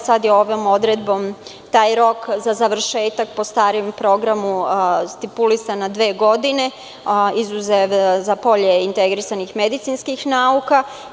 Sada je ovom odredbom taj rok za završetak po starijem programu produžen za dve godine, izuzev za polje integrisanih medicinskih nauka.